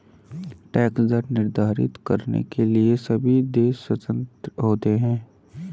tax दर निर्धारित करने के लिए सभी देश स्वतंत्र होते है